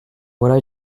voilà